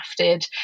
crafted